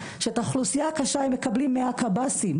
שאת האוכלוסיה הקשה הם מקבלים מהקב"סים.